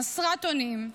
חסרת אונים,